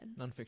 Nonfiction